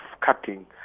cutting